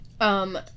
Um-